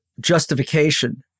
justification